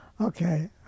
okay